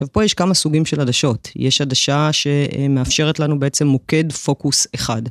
ופה יש כמה סוגים של עדשות, יש עדשה שמאפשרת לנו בעצם מוקד פוקוס אחד.